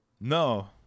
no